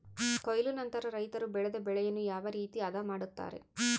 ಕೊಯ್ಲು ನಂತರ ರೈತರು ಬೆಳೆದ ಬೆಳೆಯನ್ನು ಯಾವ ರೇತಿ ಆದ ಮಾಡ್ತಾರೆ?